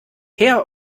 her